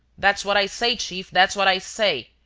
that's what i say, chief, that's what i say.